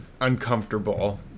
uncomfortable